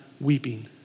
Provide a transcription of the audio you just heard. weeping